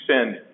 spend